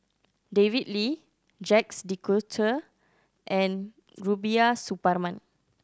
David Lee Jacques De Coutre and Rubiah Suparman